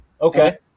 Okay